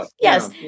Yes